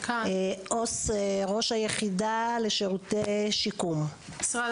עובדת סוציאלית וראש היחידה לשירותי שיקום במשרד